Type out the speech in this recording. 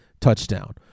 touchdown